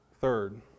Third